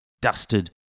Dusted